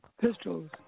Pistols